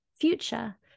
future